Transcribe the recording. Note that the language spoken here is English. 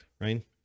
right